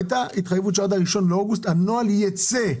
והייתה התחייבות שעד ה-1 באוגוסט הנוהל ייצא,